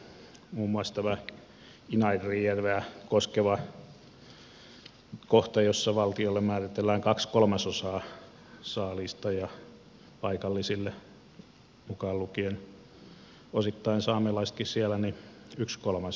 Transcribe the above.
muun muassa tämä inarinjärveä koskeva kohta jossa valtiolle määritellään kaksi kolmasosaa saaliista ja paikallisille mukaan lukien osittain saamelaisetkin siellä yksi kolmasosa